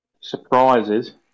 surprises